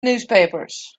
newspapers